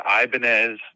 Ibanez